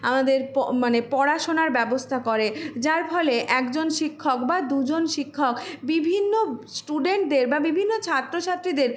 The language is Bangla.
আমাদের প মানে পড়াশোনার ব্যবস্থা করে যার ফলে একজন শিক্ষক বা দু জন শিক্ষক বিভিন্ন স্টুডেন্টদের বা বিভিন্ন ছাত্র ছাত্রীদের